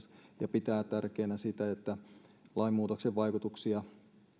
ja pitää tärkeänä sitä että lainmuutoksen vaikutuksia